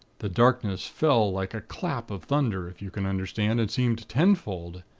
the darkness fell like a clap of thunder, if you can understand, and seemed tenfold.